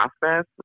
process